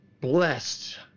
blessed